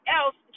else